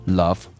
love